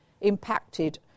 impacted